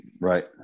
right